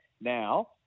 Now